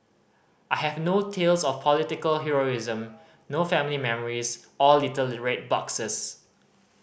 I have no tales of political heroism no family memories or little red boxes